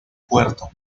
puerto